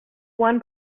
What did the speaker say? one